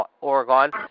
Oregon